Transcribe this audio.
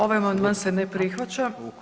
Ovaj amandman se ne prihvaća.